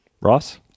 Ross